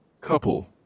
couple